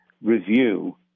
review